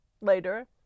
later